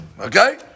Okay